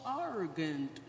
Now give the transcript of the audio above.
arrogant